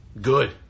Good